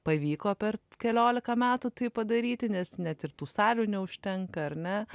pavyko per kelioliką metų tai padaryti nes net ir tų salių neužtenka ar ne